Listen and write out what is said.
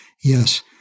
Yes